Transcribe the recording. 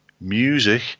music